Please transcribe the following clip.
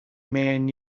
man